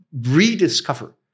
rediscover